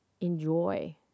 enjoy